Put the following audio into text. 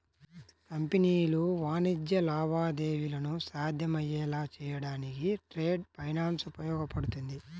కంపెనీలు వాణిజ్య లావాదేవీలను సాధ్యమయ్యేలా చేయడానికి ట్రేడ్ ఫైనాన్స్ ఉపయోగపడుతుంది